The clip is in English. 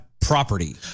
property